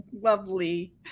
lovely